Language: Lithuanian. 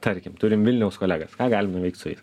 tarkim turim vilniaus kolegas ką galim nuveikt su jais